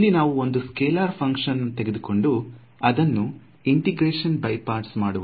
ಇಲ್ಲಿ ನಾವು ಒಂದು ಸ್ಕೆಲಾರ್ ಫ್ಹಂಕ್ಷನ್ ತೆಗೆದುಕೊಂಡು ಅದನ್ನು ಇಂಟೆಗ್ರಷನ್ ಬೈ ಪರ್ಟ್ಸ್ ಮಾಡುವ